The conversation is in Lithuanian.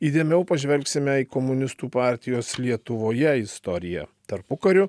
įdėmiau pažvelgsime į komunistų partijos lietuvoje istoriją tarpukariu